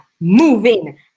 moving